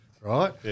right